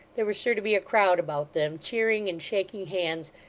there was sure to be a crowd about them, cheering and shaking hands,